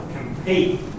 compete